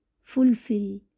fulfill